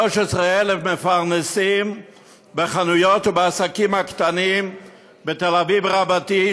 13,000 מפרנסים בחנויות ובעסקים הקטנים בתל-אביב רבתי,